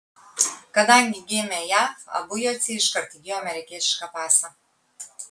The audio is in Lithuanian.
kadangi gimė jav abu jociai iškart įgijo amerikietišką pasą